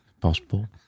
Possible